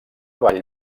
vall